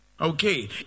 Okay